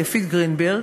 יפית גרינברג.